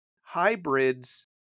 hybrids